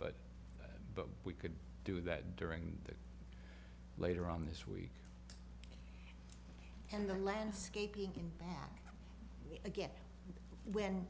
but but we could do that during the later on this week and the landscaping again when